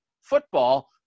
football